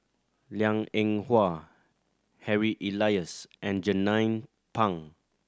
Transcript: Liang Eng Hwa Harry Elias and Jernnine Pang